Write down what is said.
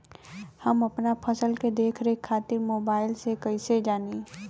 हम अपना फसल के देख रेख खातिर मोबाइल से कइसे जानी?